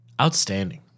Outstanding